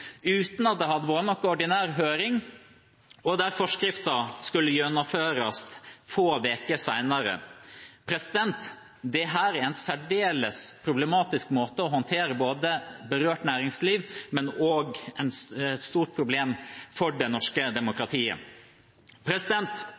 uten at det hadde vært noen ordinær høring, og der forskriften skulle gjennomføres få uker senere. Dette er en særdeles problematisk måte å håndtere berørt næringsliv på, men det er også et stort problem for det norske